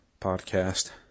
podcast